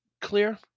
clear